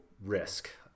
risk